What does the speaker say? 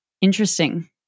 interesting